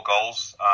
goals